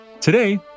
Today